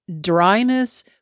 dryness